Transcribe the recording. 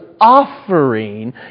offering